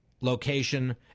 location